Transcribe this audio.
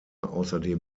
außerdem